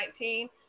2019